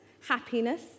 happiness